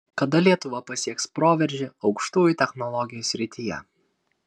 kada lietuva pasieks proveržį aukštųjų technologijų srityje